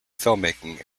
filmmaking